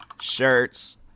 shirts